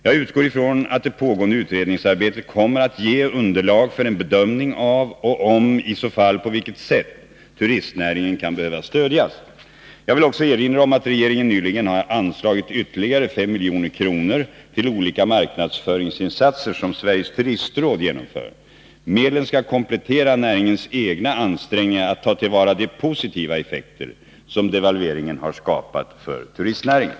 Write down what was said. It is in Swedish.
Jag utgår ifrån att det pågående utredningsarbetet kommer att ge underlag för en bedömning av om och i så fall på vilket sätt turistnäringen kan behöva stödjas. Jag vill också erinra om att regeringen nyligen har anslagit ytterligare 5 milj.kr. till olika marknadsföringsinsatser som Sveriges turistråd genomför. Medlen skall komplettera näringens egna ansträngningar att ta till vara de positiva effekter som devalveringen har skapat för turistnäringen.